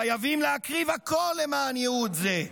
חייבים להקריב הכול למען ייעוד זה.